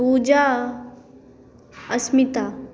पूजा अस्मिता